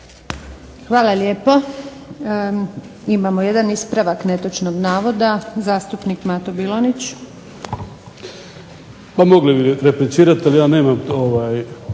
Hvala lijepo. Imamo jedan ispravak netočnog navoda, zastupnik Mato Bilanić.